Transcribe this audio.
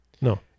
No